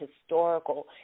historical